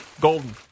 Golden